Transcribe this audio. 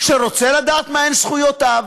שרוצה לדעת מהן זכויותיו,